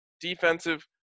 defensive